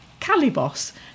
Calibos